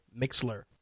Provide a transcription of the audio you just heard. mixler